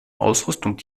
ausrüstung